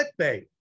clickbait